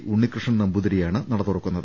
ഉണ്ണികൃഷ്ണൻ നമ്പൂതിരിയാണ് നട തുറക്കുന്നത്